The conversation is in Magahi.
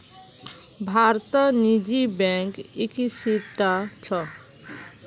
भारतत निजी बैंक इक्कीसटा छ